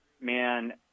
man